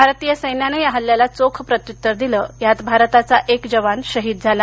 भारतीय सैन्यानं या हल्ल्याला चोख प्रत्युत्तर दिलं यात भारताचा एक जवान शहीद झाला